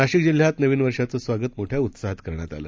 नाशिकजिल्ह्यातनवीनवर्षाचंस्वागतमोठ्याउत्साहातकरण्यातआलं